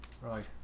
Right